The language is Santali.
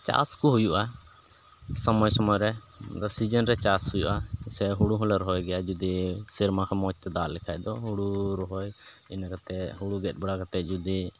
ᱪᱟᱥ ᱠᱚ ᱦᱩᱭᱩᱜᱼᱟ ᱥᱚᱢᱚᱭ ᱥᱚᱢᱚᱭ ᱨᱮ ᱵᱚᱞᱮ ᱥᱤᱡᱮᱱ ᱨᱮ ᱪᱟᱥ ᱦᱩᱭᱩᱜᱼᱟ ᱥᱮ ᱦᱩᱲᱩ ᱦᱚᱸᱞᱮ ᱨᱚᱦᱚᱭ ᱜᱮᱭᱟ ᱡᱩᱫᱤ ᱥᱮᱨᱢᱟ ᱠᱷᱚᱱ ᱢᱚᱡᱽ ᱛᱮ ᱫᱟᱜ ᱞᱮᱠᱷᱟᱱ ᱫᱚ ᱦᱩᱲᱩ ᱨᱚᱦᱚᱭ ᱤᱱᱟᱹ ᱠᱟᱛᱮᱫ ᱦᱩᱲᱩ ᱜᱮᱫ ᱵᱟᱲᱟ ᱠᱟᱛᱮᱫ ᱡᱩᱫᱤ